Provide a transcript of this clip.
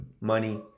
money